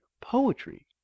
poetry